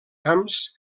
camps